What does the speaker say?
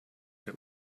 that